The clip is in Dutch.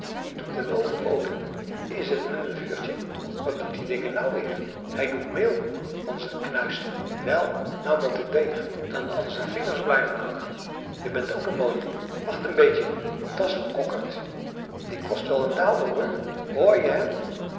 ie doet den oven open is t men een vuurtje wat doet die dikke nou weer hij doet meel an zen knuisten wel nou mot et deeg dan an zen vingers blaiven hangen jij bent ook een mooie wacht en beetje da's een kokkerd die kost wel en daalder hoor hoor je